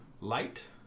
light